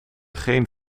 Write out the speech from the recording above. geen